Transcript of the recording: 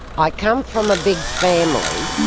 i come from a big family,